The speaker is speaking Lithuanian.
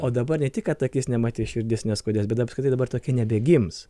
o dabar ne tik kad akis nematys širdis neskaudės bet apskritai dabar tokie nebegims